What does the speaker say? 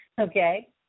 Okay